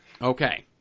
okay